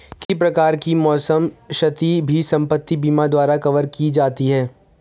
किसी प्रकार की मौसम क्षति भी संपत्ति बीमा द्वारा कवर की जाती है